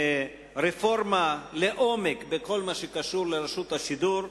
רפורמה לעומק בכל מה שקשור לרשות השידור,